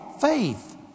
faith